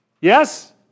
Yes